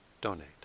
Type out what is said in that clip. donate